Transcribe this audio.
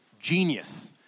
genius